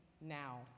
now